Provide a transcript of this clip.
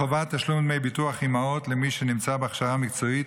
חובת תשלום דמי ביטוח אימהות למי שנמצא בהכשרה מקצועית